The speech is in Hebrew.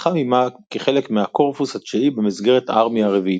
לחם עמה כחלק מהקורפוס ה-9 במסגרת הארמייה הרביעית.